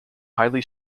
highly